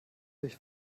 durch